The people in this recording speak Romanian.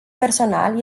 personal